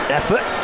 effort